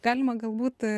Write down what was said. galima galbūt